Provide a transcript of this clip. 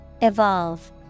Evolve